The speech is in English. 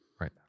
Right